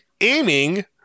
aiming